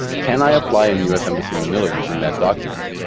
can i apply in u s. embassy manila using that document?